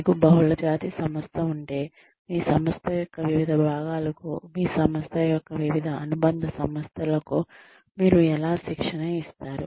మీకు బహుళజాతి సంస్థ ఉంటే మీ సంస్థ యొక్క వివిధ భాగాలకు మీ సంస్థ యొక్క వివిధ అనుబంధ సంస్థలకు మీరు ఎలా శిక్షణ ఇస్తారు